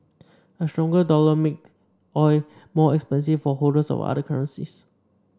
a stronger dollar make oil more expensive for holders of other currencies